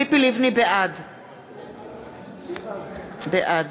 בעד